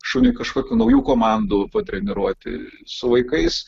šunį kažkokių naujų komandų patreniruoti su vaikais